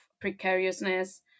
precariousness